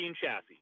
chassis